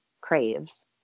craves